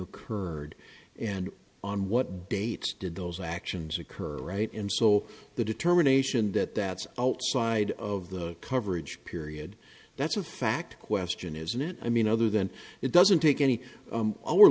occurred and on what date did those actions occur right and so the determination that that's outside of the coverage period that's a fact question isn't it i mean other than it doesn't take any all we're